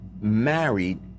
married